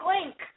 link